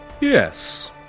Yes